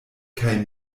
kaj